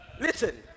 Listen